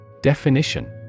Definition